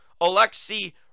Alexei